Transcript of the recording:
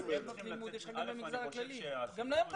חושב שהסיפור עם העמותות,